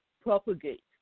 propagate